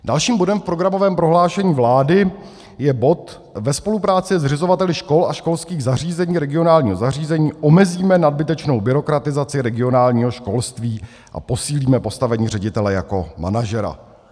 Dalším bodem v programovém prohlášení vlády je bod: ve spolupráci se zřizovateli škol a školských zařízení regionálního zařízení omezíme nadbytečnou byrokratizaci regionálního školství a posílíme postavení ředitele jako manažera.